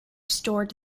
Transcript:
stored